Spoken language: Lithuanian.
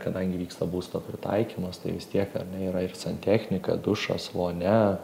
kadangi vyksta būsto pritaikymas tai vis tiek ar ne yra ir santechnika dušas vonia